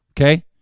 okay